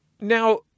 Now